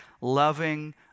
loving